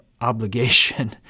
obligation